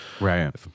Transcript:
Right